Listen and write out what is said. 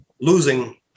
losing